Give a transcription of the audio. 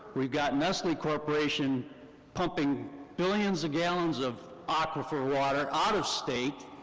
we've got nestle corporation pumping billions of gallons of aquifer water out of state,